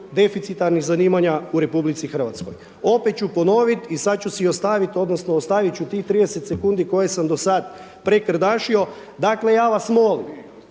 deficitarnih zanimanja u Republici Hrvatskoj. Opet ću ponoviti i sad ću si ostaviti, odnosno ostavit ću tih 30 sekundi koje sam do sad prekrdašio. Dakle, ja vas molim